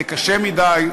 זה קשה מדי,